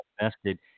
invested